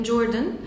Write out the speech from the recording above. Jordan